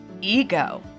ego